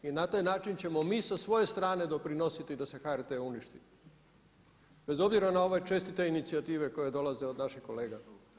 I na taj način ćemo mi sa svoje strane doprinositi da se HRT uništi bez obzira na ove čestite inicijative koje dolaze od naših kolega.